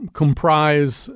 comprise